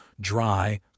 dry